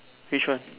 which one